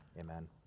Amen